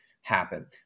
happen